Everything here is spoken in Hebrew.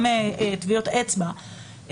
גם טביעות אצבע,